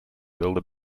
wilde